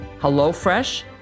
HelloFresh